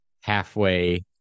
halfway